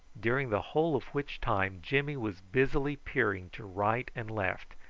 during the whole of which time jimmy was busily peering to right and left,